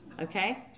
okay